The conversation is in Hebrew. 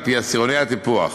על-פי עשירוני הטיפוח: